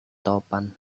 topan